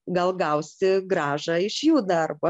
gal gausi grąžą iš jų darbo